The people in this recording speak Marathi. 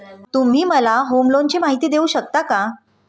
तुम्ही मला होम लोनची माहिती देऊ शकता का?